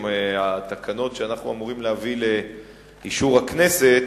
התקנות שאנחנו אמורים להביא לאישור הכנסת,